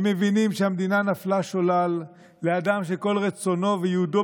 הם מבינים שהמדינה נפלה שולל לאדם שכל רצונו וייעודו